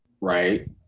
Right